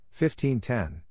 15-10